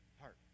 heart